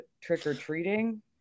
trick-or-treating